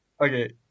Okay